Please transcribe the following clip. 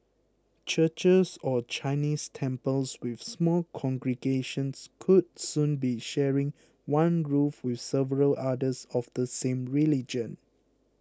churches or Chinese temples with small congregations could soon be sharing one roof with several others of the same religion